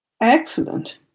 excellent